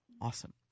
Awesome